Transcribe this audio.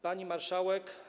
Pani Marszałek!